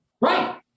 Right